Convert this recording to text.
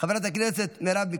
חבר הכנסת עידן רול,